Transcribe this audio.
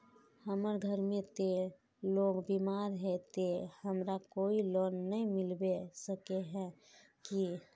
हमर घर में ते लोग बीमार है ते हमरा कोई लोन नय मिलबे सके है की?